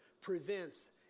prevents